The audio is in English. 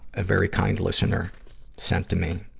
a very kind listener sent to me.